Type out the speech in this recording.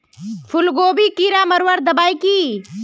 फूलगोभीत कीड़ा मारवार दबाई की?